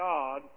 God